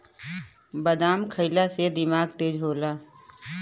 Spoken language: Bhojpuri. बादाम खइला से दिमाग तेज होला